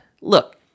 look